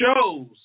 shows